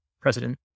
President